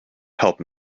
help